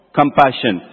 compassion